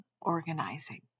organizing